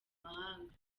mahanga